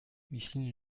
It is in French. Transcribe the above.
micheline